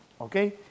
Okay